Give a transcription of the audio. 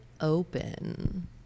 open